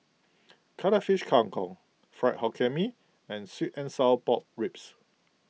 Cuttlefish Kang Kong Fried Hokkien Mee and Sweet and Sour Pork Ribs